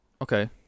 Okay